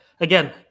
again